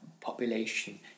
population